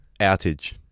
outage